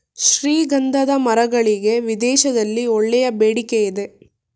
ಶ್ರೀಗಂಧದ ಮರಗಳಿಗೆ ವಿದೇಶಗಳಲ್ಲಿ ಒಳ್ಳೆಯ ಬೇಡಿಕೆ ಇದೆ